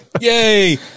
Yay